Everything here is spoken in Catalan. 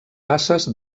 basses